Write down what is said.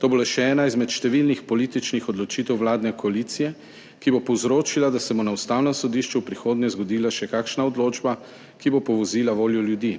To bo le še ena izmed številnih političnih odločitev vladne koalicije, ki bo povzročila, da se bo na ustavnem sodišču v prihodnje zgodila še kakšna odločba, ki bo povozila voljo ljudi.